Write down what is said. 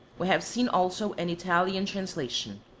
we have seen also an italian translation.